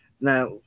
Now